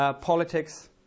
politics